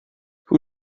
who